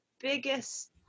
biggest